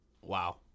Wow